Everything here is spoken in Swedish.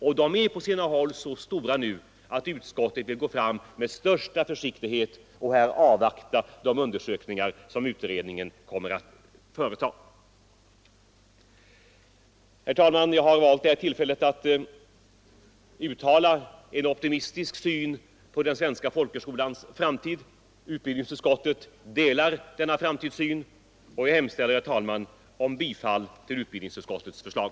Och svårigheterna är på sina håll så stora nu att utskottet vill gå fram med största försiktighet och avvakta de undersökningar som utredningen kommer att företa. Herr talman! Jag har valt det här tillfället att anlägga en optimistisk syn på den svenska folkhögskolans framtid. Utbildningsutskottet ansluter sig till denna framtidssyn, och jag hemställer om bifall till utbildningsutskottets förslag.